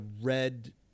red